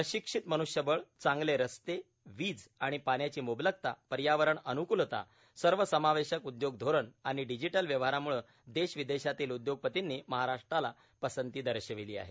प्रशिक्षित मन्ष्यबळ चांगले रस्ते वीज आणि पाण्याची मुंबलकता पर्यावरण अन्कुलता सर्व समावेशक उद्योग धोरण आणि डिजिटल व्यवहारामुळे देश विदेशातील उद्योगपतींनी महाराष्ट्राला पसंती दर्शविली आहे